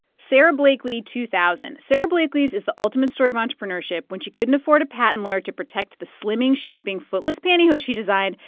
sara blakely, two thousand. sara blakely's is the ultimate story of entrepreneurship. when she couldn't afford a patent lawyer to protect the slimming, shaping, footless pantyhose she designed,